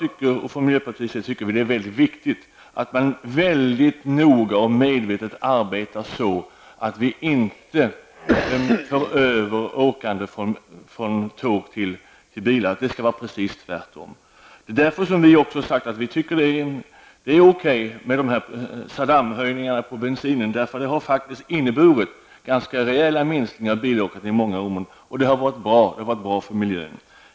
I miljöpartiet anser vi det vara mycket viktigt att man noga och medvetet arbetar på sådant sätt att man inte för över åkande från tåg till bilar. Det skall vara precis tvärtom. Det är därför som vi har sagt att vi tycker att det är okej med ''Saddamhöjningarna'' på bensinen. Det har faktiskt inneburit ganska rejäla minskningar av bilåkandet. Det har gått bra och det har varit bra för miljön.